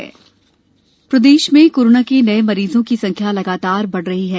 corona प्रदेश प्रदेश में कोरोना के नये मरीजों की संख्या लगातार बढ़ रही है